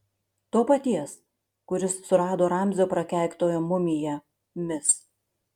to paties kuris surado ramzio prakeiktojo mumiją mis